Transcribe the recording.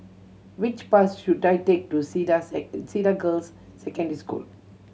which bus should I take to Cedar Cedar Girls' Secondary School